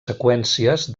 seqüències